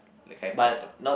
like kind of a